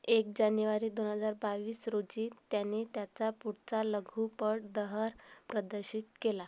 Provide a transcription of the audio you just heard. एक जानेवारी दोन हजार बावीस रोजी त्यानी त्याचा पुढचा लघुपट दहर प्रदर्शित केला